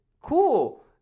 Cool